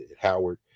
howard